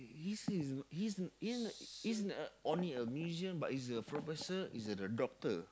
he's is he's he's he's isn't only a musician but he's professor he's a doctor